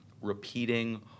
repeating